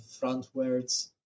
frontwards